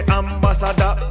ambassador